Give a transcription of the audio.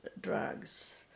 drugs